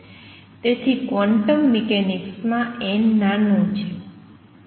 તેથી ક્વોન્ટમ મિકેનિક્સમાં n નાનો છે